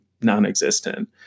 non-existent